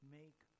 make